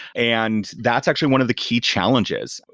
and that's actually one the key challenges.